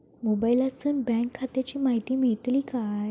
मोबाईलातसून बँक खात्याची माहिती मेळतली काय?